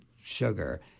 sugar